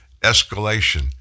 escalation